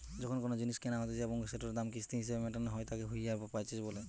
যখন কোনো জিনিস কেনা হতিছে এবং সেটোর দাম কিস্তি হিসেবে মেটানো হই তাকে হাইয়ার পারচেস বলতিছে